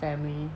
family